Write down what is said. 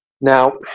Now